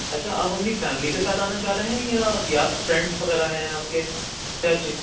اچھا آپ اپنی فیملی کے ساتھ آنا چاہ رہے ہیں یا یا فرینڈس وغیرہ ہیں آپ کے کیا چیز